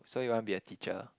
so you want be a teacher